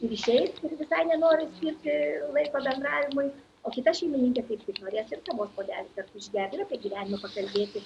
ir išeis ir visai nenori skirti laiko bendravimui o kita šeimininkė kaip norės ir kavos puodelį kartu išgerti ir apie gyvenimą pakalbėti